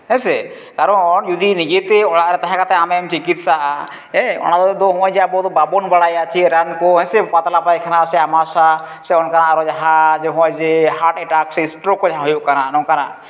ᱦᱮᱸ ᱥᱮ ᱠᱟᱨᱚᱱ ᱡᱩᱫᱤ ᱱᱤᱡᱮᱛᱮ ᱚᱲᱟᱜ ᱨᱮ ᱛᱟᱦᱮᱸ ᱠᱟᱛᱮ ᱟᱢᱮᱢ ᱪᱤᱠᱤᱛᱥᱟᱜᱼᱟ ᱚᱱᱟ ᱵᱚᱫᱚᱞ ᱫᱚ ᱱᱚᱜᱼᱚᱭ ᱡᱮ ᱟᱵᱚ ᱫᱚ ᱵᱟᱵᱚᱱ ᱵᱟᱲᱟᱭᱟ ᱪᱮᱫ ᱨᱟᱱ ᱠᱚ ᱥᱮ ᱯᱟᱛᱞᱟ ᱯᱟᱭᱠᱷᱟᱱᱟ ᱥᱮ ᱟᱢᱟᱥᱟ ᱥᱮ ᱚᱱᱠᱟ ᱟᱨᱚ ᱡᱟᱦᱟᱸ ᱱᱚᱜᱼᱚᱭ ᱡᱮ ᱦᱟᱨᱴ ᱮᱴᱟᱠ ᱥᱮ ᱥᱴᱨᱳᱠ ᱠᱚ ᱡᱟᱦᱟᱸ ᱦᱩᱭᱩᱜ ᱠᱟᱱᱟ ᱱᱚᱝᱠᱟᱱᱟᱜ